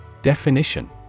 Definition